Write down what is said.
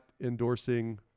endorsing